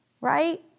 Right